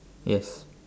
yes